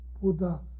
Buddha